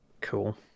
Cool